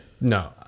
no